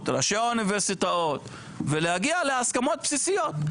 ראשי האוניברסיטאות ולהגיע להסכמות בסיסיות.